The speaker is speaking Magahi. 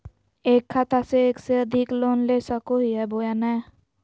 एक खाता से एक से अधिक लोन ले सको हियय बोया नय?